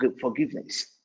forgiveness